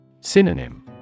Synonym